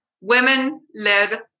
Women-led